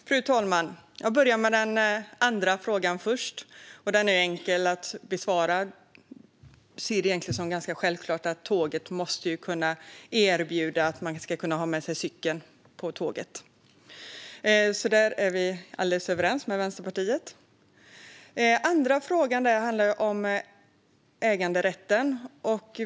Fru talman! Jag börjar med den andra frågan, för den är enkel att besvara. Jag ser det som ganska självklart att tåget måste kunna erbjuda möjligheten att ta med sig cykeln på tåget. Där är vi helt överens med Vänsterpartiet. Den andra frågan handlade om äganderätten.